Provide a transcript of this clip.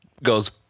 goes